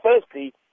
firstly